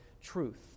truth